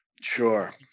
Sure